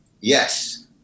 Yes